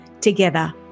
Together